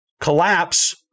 collapse